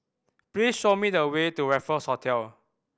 please show me the way to Raffles Hotel